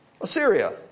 Assyria